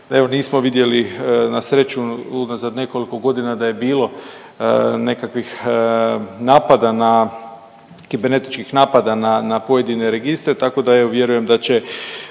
nismo vidjeli na sreću, unazad nekoliko godina da je bilo nekakvih napada na kibernetičkih napada na pojedine registre, tako da, evo vjerujem da će